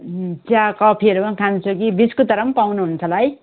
चिया कफीहरू पनि खान्छु कि बिस्कुटहरू पनि पाउनुहुन्छ होला है